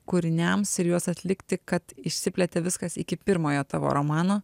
kūriniams ir juos atlikti kad išsiplėtė viskas iki pirmojo tavo romano